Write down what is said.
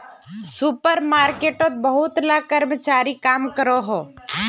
super मार्केटोत बहुत ला कर्मचारी काम करोहो